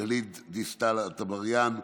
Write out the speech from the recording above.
גלית דיסטל אטבריאן,